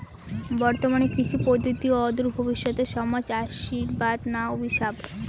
বর্তমান কৃষি পদ্ধতি অদূর ভবিষ্যতে সমাজে আশীর্বাদ না অভিশাপ?